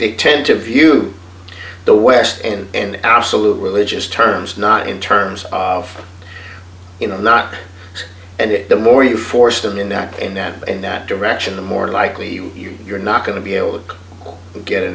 they tend to view the west and in absolute religious terms not in terms of you know not and it the more you force them in that and then in that direction the more likely you are you're not going to be able to get a